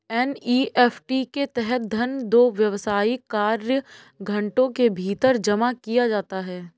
NEFT के तहत धन दो व्यावसायिक कार्य घंटों के भीतर जमा किया जाता है